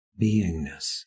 beingness